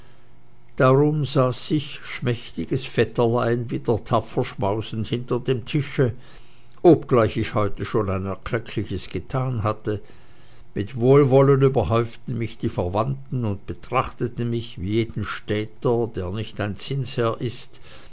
darum saß ich schmächtiges vetterlein wieder tapfer schmausend hinter dem tische obgleich ich heute schon ein erkleckliches getan hatte mit wohlwollen überhäuften mich die verwandten und betrachteten mich wie jeden städter der nicht ein zinsherr ist